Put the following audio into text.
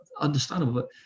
understandable